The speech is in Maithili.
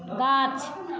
गाछ